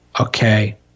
okay